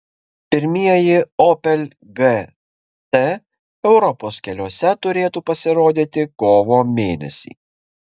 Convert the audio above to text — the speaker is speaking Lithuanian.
pirmieji opel gt europos keliuose turėtų pasirodyti kovo mėnesį